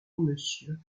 monsieur